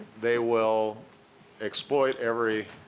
they will exploit every